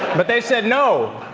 but they said, no,